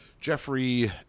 Jeffrey